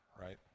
right